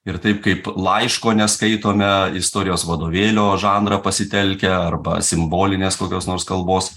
ir taip kaip laiško neskaitome istorijos vadovėlio žanrą pasitelkę arba simbolinės kokios nors kalbos